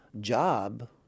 job